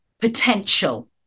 potential